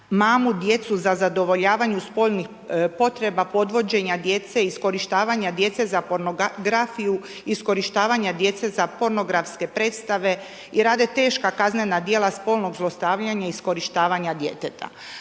mame djecu, za zadovoljavanje spolnih potreba, podvođenja djece, iskorištavanje djece za pornografiju, iskorištavanja djece za pornografske predstave i rade teška kaznena djela spolnog zlostavljanja i iskorištavanja djeteta.